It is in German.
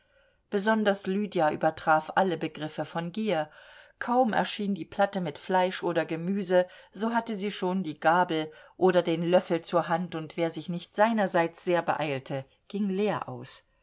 besonders lydia übertraf alle begriffe von gier kaum erschien die platte mit fleisch oder gemüse so hatte sie schon die gabel oder den löffel zur hand und wer sich nicht seinerseits sehr beeilte ging leer aus